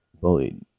bullied